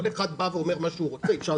כל אחד בא ואומר מה שהוא רוצה?